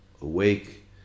awake